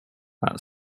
that